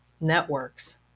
networks